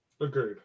Agreed